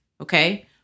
Okay